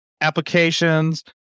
applications